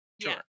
Sure